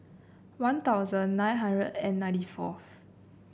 One Thousand nine hundred and ninety fourth